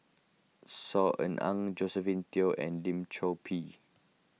Saw Ean Ang Josephine Teo and Lim Chor Pee